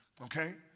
Okay